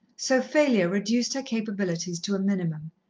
so failure reduced her capabilities to a minimum.